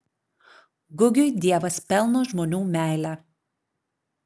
gugiui dievas pelno žmonių meilę